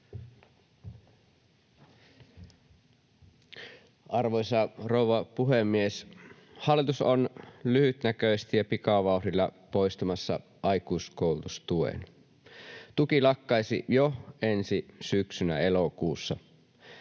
Arvoisa rouva puhemies! Hallitus on lyhytnäköisesti ja pikavauhdilla poistamassa aikuiskoulutustuen. Tuki lakkaisi jo ensi syksynä, elokuussa.